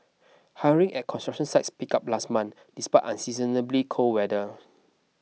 hiring at construction sites picked up last month despite unseasonably cold weather